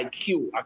IQ